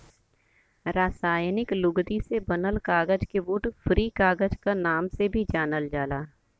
रासायनिक लुगदी से बनल कागज के वुड फ्री कागज क नाम से भी जानल जाला